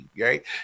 right